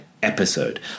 Episode